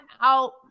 out